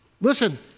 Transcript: Listen